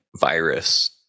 virus